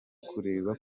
kureba